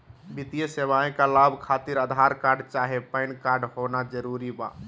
वित्तीय सेवाएं का लाभ खातिर आधार कार्ड चाहे पैन कार्ड होना जरूरी बा?